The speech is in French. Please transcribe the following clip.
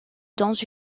dans